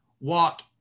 walk